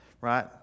right